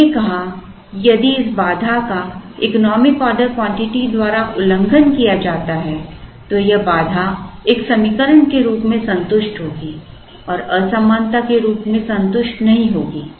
हमने कहा कि यदि इस बाधा का इकोनॉमिक ऑर्डर क्वांटिटी द्वारा उल्लंघन किया जाता है तो यह बाधा एक समीकरण के रूप में संतुष्ट होगी और असमानता के रूप में संतुष्ट नहीं होगी